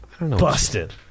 Busted